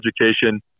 education